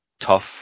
tough